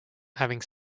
having